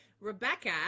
rebecca